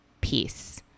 peace